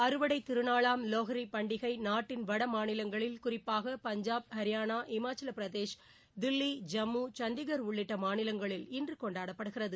அறுவடைத் திருநாளாம் லோஹ்ரி பண்டிகை நாட்டின் வடமாநிலங்களில் குறிப்பாக பஞ்சாப் ஹரியானா இமாச்சல பிரதேஷ் தில்லி ஜம்மு சண்டிகர் உள்ளிட்ட மாநிலங்களில் இன்று கொண்டாடப்படுகிறது